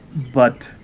but